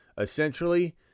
essentially